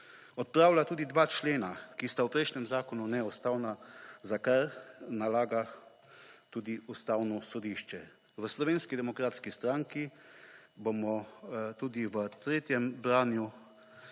Odpravlja tudi dva člena, ki sta v prejšnjem zakonu neustavna za kar nalaga tudi Ustavno sodišče. V Slovenski demokratski stranki bomo tudi v tretjem branju